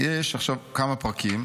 יש עכשיו כמה פרקים.